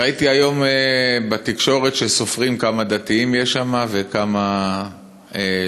ראיתי היום בתקשורת שסופרים כמה דתיים יש שם וכמה לא,